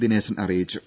ദിനേശൻ അറിയിച്ചു